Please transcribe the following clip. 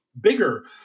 bigger